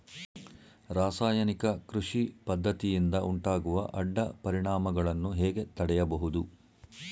ರಾಸಾಯನಿಕ ಕೃಷಿ ಪದ್ದತಿಯಿಂದ ಉಂಟಾಗುವ ಅಡ್ಡ ಪರಿಣಾಮಗಳನ್ನು ಹೇಗೆ ತಡೆಯಬಹುದು?